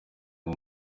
ngo